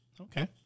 Okay